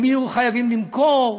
הם יהיו חייבים למכור,